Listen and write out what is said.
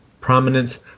prominence